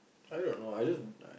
I don't know I just